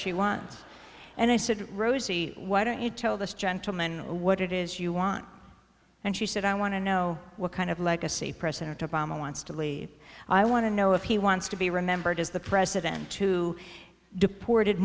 you want and i said why don't you tell this gentleman what it is you want and she said i want to know what kind of legacy president obama wants to lee i want to know if he wants to be remembered as the president to deported